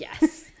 Yes